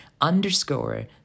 underscore